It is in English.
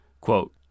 Quote